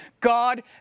God